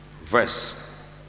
verse